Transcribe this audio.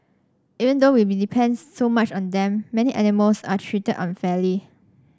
even though we depend so much on them many animals are treated unfairly